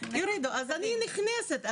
אז אני נקנסת.